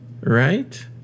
right